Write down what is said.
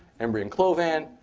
embry and klovan,